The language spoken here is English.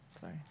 sorry